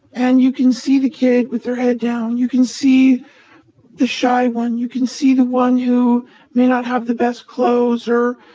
and you can see the kid with their head down. you can see the shy one. you can see the one, who may not have the best clothes or,